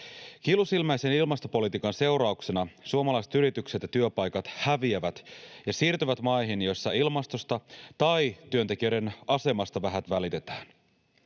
Kiilusilmäisen ilmastopolitiikan seurauksena suomalaiset yritykset ja työpaikat häviävät ja siirtyvät maihin, joissa ilmastosta tai työntekijöiden asemasta vähät välitetään.